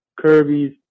Kirby's